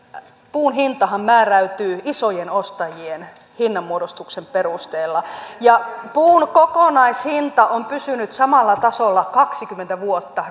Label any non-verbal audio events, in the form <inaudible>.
puun hintahan määräytyy isojen ostajien hinnanmuodostuksen perusteella ja puun kokonaishinta on pysynyt samalla tasolla kaksikymmentä vuotta <unintelligible>